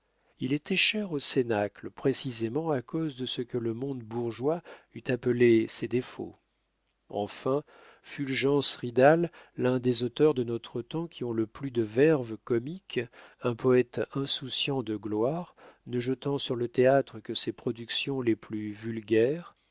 il était cher au cénacle précisément à cause de ce que le monde bourgeois eût appelé ses défauts enfin fulgence ridal l'un des auteurs de notre temps qui ont le plus de verve comique un poète insouciant de gloire ne jetant sur le théâtre que ses productions les plus vulgaires